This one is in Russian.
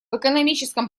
экономическом